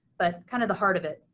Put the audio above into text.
but kind of the heart of it.